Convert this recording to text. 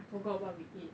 I forgot what we eat